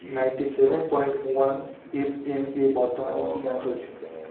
ninety seven point one FM এ বর্তমানে কি গান চলছে